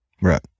right